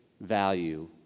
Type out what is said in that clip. value